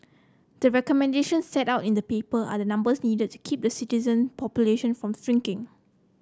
the recommendations set out in the paper are the numbers needed to keep the citizen population from shrinking